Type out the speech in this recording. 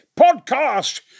Podcast